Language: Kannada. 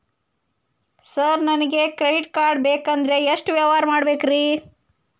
ಸರ್ ನನಗೆ ಕ್ರೆಡಿಟ್ ಕಾರ್ಡ್ ಬೇಕಂದ್ರೆ ಎಷ್ಟು ವ್ಯವಹಾರ ಮಾಡಬೇಕ್ರಿ?